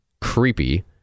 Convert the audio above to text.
creepy